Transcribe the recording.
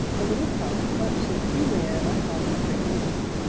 a little tough but, since he ran, i call it fair enough.